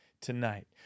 tonight